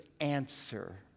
answer